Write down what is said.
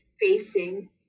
facing